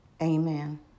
amen